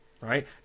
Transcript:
right